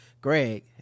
Greg